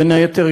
בין היתר,